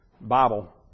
Bible